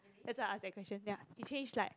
that's why I asked that question ya he changed like